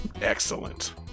Excellent